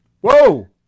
Whoa